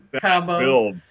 combo